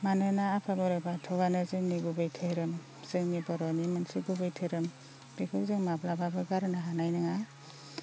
मानोना आफा बोराइ बाथौआनो जोंनि गुबै धोरोम जोंनि बर'नि मोनसे गुबै धोरोम बेखौ जों माब्लाबाबो गारनो हानाय नोङा